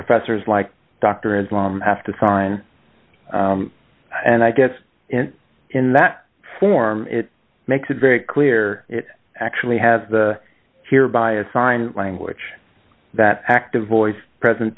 professors like dr islam have to sign and i guess in that form it makes it very clear it actually has the here by a sign language that active voice present